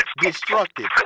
destructive